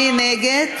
מי נגד?